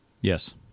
Yes